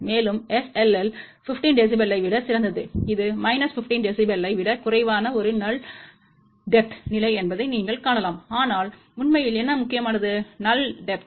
மேலும் SLL 15 dB ஐ விட சிறந்தது இது மைனஸ் 15 dB ஐ விடக் குறைவான ஒரு நல் டெப்த் நிலை என்பதை நீங்கள் காணலாம் ஆனால் உண்மையில் என்ன முக்கியமானது நல் டெப்த்